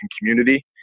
community